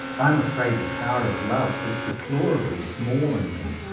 i am afraid the power of love is deplorably small in me.